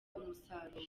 umusaruro